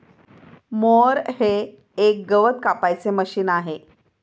mower हे एक गवत कापायचे मशीन आहे